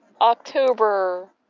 October